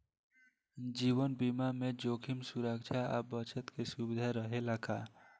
जीवन बीमा में जोखिम सुरक्षा आ बचत के सुविधा रहेला का?